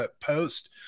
post